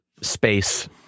space